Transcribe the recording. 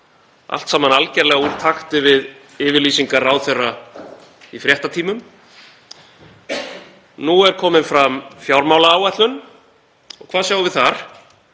Allt saman algerlega úr takti við yfirlýsingar ráðherra í fréttatímum. Nú er komin fram fjármálaáætlun. Hvað sjáum við þar?